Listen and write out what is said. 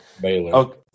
Baylor